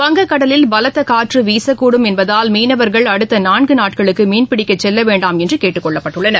வங்கக்கடலில் பலத்த காற்று வீசக்கூடும் என்பதால் மீனவர்கள் அடுத்த நான்கு நாட்களுக்கு மீன்பிடிக்கச் செல்ல வேண்டாம் என்று கேட்டுக் கொள்ளப்பட்டுள்ளனர்